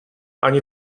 ani